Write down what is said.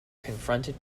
confronted